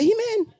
Amen